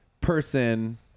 Person